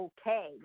okay